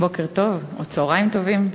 צהריים טובים.